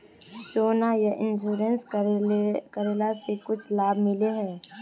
सोना यह इंश्योरेंस करेला से कुछ लाभ मिले है?